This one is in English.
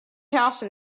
house